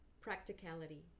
practicality